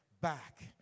back